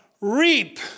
reap